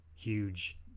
huge